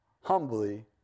humbly